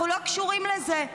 אנחנו לא קשורים לזה.